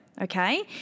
okay